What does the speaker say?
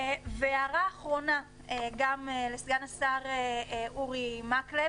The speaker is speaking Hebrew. הערה אחרונה, לסגן השר אורי מקלב.